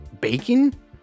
bacon